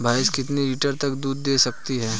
भैंस कितने लीटर तक दूध दे सकती है?